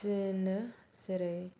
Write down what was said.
थिनो जेरै